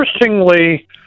interestingly